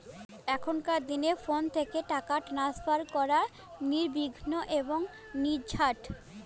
এখনকার দিনে ফোন থেকে টাকা ট্রান্সফার করা নির্বিঘ্ন এবং নির্ঝঞ্ঝাট